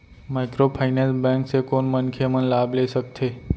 Microfinance bank से कोन मनखे मन लाभ ले सकथे?